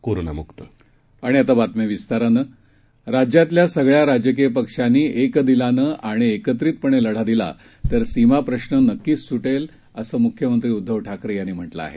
कोरोनामुक्त राज्यातल्यासगळ्याराजकीयपक्षांनीएकदिलानंआणिएकत्रितपणेलढादिलातरसीमाप्रश्नक्कीचसूटेल असंमुख्यमंत्रीउद्धवठाकरेयांनीम्हटलंआहे